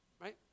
right